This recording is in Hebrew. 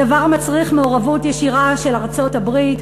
הדבר מצריך מעורבות ישירה של ארצות-הברית,